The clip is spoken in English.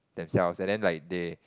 themselves and then like they